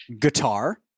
guitar